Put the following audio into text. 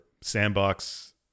sandbox